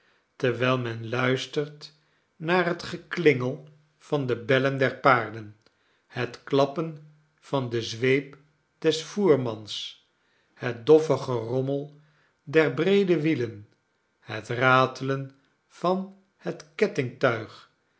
terwijl men luistert naar het geklingel van de bellen der paarden het happen van de zweep des voermans het doffe gerommel der breede wielen het ratelen van het